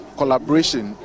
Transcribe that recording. collaboration